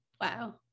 wow